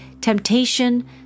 temptation